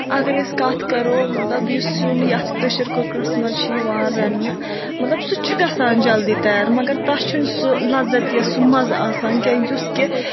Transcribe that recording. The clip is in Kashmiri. اگر أسۍ کَتھ کَرو مطلب یہِ سیُن یَتھ پریشَر کُکرَس منٛز چھُ یوان رَننہٕ مطلب سُہ تہِ چھُ گَژھان جلدی تیار مگر تَتھ چھُنہٕ سُہ لَذَت یا سُہ مَزٕ آسان کیٚنٛہہ یُس کہِ